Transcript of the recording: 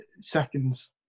seconds